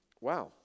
Wow